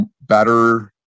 better